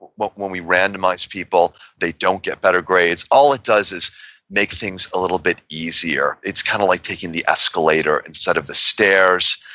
but when we randomize people, they don't get better grades. all it does is make things a little bit easier. it's kind of like taking the escalator instead of the stairs,